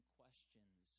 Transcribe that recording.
questions